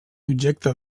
objecte